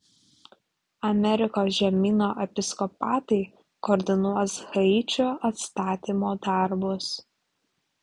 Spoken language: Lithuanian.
amerikos žemyno episkopatai koordinuos haičio atstatymo darbus